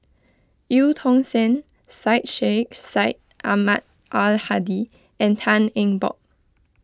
Eu Tong Sen Syed Sheikh Syed Ahmad Al Hadi and Tan Eng Bock